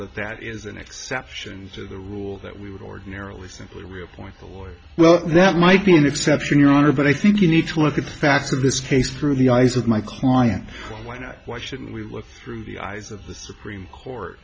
that that is an exception to the rule that we would ordinarily simply we appoint a lawyer well that might be an exception your honor but i think you need to look at the facts of this case through the eyes of my client why not why shouldn't we look through the eyes of the supreme court